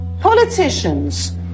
Politicians